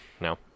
no